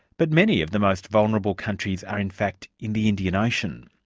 but many of the most vulnerable countries are in fact in the indian ocean.